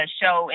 show